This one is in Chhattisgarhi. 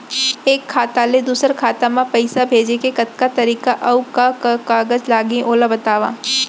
एक खाता ले दूसर खाता मा पइसा भेजे के कतका तरीका अऊ का का कागज लागही ओला बतावव?